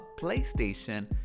PlayStation